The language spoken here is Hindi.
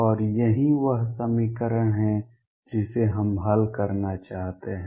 और यही वह समीकरण है जिसे हम हल करना चाहते हैं